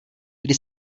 kdy